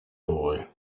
boy